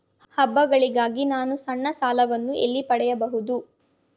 ಹಬ್ಬಗಳಿಗಾಗಿ ನಾನು ಸಣ್ಣ ಸಾಲಗಳನ್ನು ಎಲ್ಲಿ ಪಡೆಯಬಹುದು?